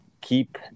keep